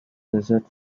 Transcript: desert